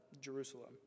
Jerusalem